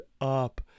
up